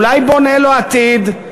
אולי בונה לו עתיד,